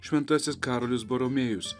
šventasis karolis baromėjus